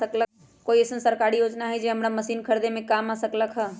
कोइ अईसन सरकारी योजना हई जे हमरा मशीन खरीदे में काम आ सकलक ह?